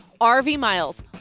RVMILES